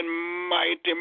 mighty